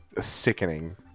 sickening